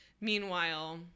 meanwhile